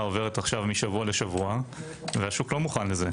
עוברת עכשיו משבוע לשבוע והשוק לא מוכן לזה.